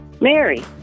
Mary